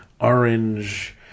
orange